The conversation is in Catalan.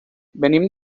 venim